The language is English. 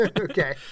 Okay